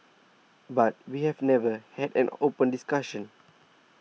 but we have never had an open discussion